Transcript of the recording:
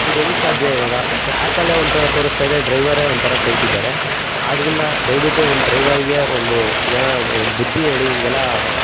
ಇದು ಹೆಂಗ ಸಾಧ್ಯ ಇವಾಗ ಆ್ಯಪಲ್ಲೆ ಒಂಥರ ತೋರಿಸ್ತಾ ಇದೆ ಡ್ರೈವರೆ ಒಂಥರಾ ಕೇಳ್ತಿದ್ದಾರೆ ಆದ್ರಿಂದ ದಯವಿಟ್ಟು ನಿಮ್ಮ ಡ್ರೈವರ್ಗೆ ಒಂದು ಏನೋ ಒಂದು ಬುದ್ಧಿ ಹೇಳಿ ಹಿಂಗೆಲ್ಲ